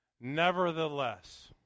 nevertheless